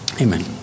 Amen